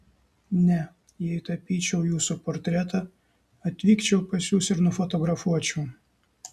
ne jei tapyčiau jūsų portretą atvykčiau pas jus ir nufotografuočiau